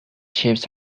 ships